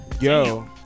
Yo